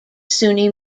sunni